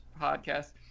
podcast